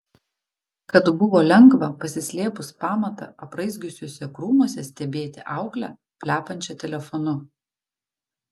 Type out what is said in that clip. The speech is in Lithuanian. kad buvo lengva pasislėpus pamatą apraizgiusiuose krūmuose stebėti auklę plepančią telefonu